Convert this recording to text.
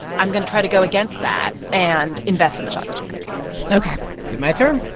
i'm going to try to go against that and invest in the chocolate chip cookies ok is it my turn?